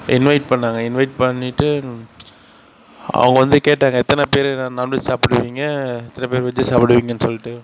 invite பண்ணாங்க invite பண்ணிவிட்டு அவங்க வந்து கேட்டாங்க எத்தனை பேரு வ நான்வெஜ் சாப்பிடுவீங்க எத்தனை பேரு வெஜ் சாப்பிடுவீங்கன் சொல்லிட்டு